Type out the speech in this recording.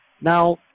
Now